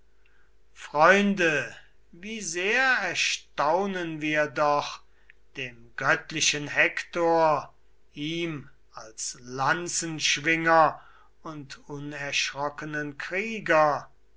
freunde wie sehr erstaunen wir doch dem göttlichen hektor ihm als lanzenschwinger und unerschrockenen krieger